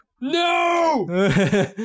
No